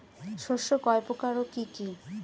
শস্য কয় প্রকার কি কি?